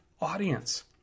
audience